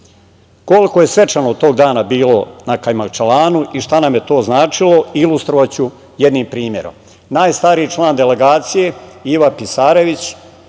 je svečano tog dana bilo na Kajmakčalanu i šta nam je to značilo, ilustrovaću jednim primerom. Najstariji član delegacije Ivo Pisarević,